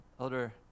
Elder